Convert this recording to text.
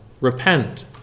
Repent